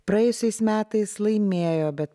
praėjusiais metais laimėjo bet